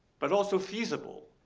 but also feasible,